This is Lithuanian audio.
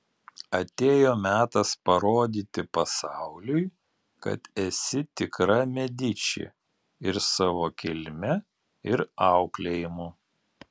atėjo metas parodyti pasauliui kad esi tikra mediči ir savo kilme ir auklėjimu